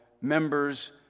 members